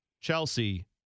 Chelsea